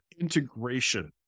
integration